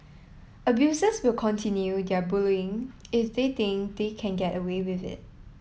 abusers will continue their bullying if they think they can get away with it